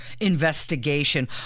investigation